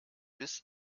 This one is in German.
bis